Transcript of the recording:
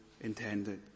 intended